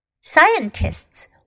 scientists